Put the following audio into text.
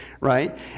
right